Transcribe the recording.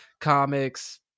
comics